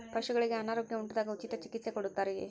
ಪಶುಗಳಿಗೆ ಅನಾರೋಗ್ಯ ಉಂಟಾದಾಗ ಉಚಿತ ಚಿಕಿತ್ಸೆ ಕೊಡುತ್ತಾರೆಯೇ?